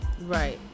Right